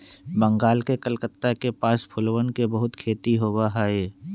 बंगाल के कलकत्ता के पास फूलवन के बहुत खेती होबा हई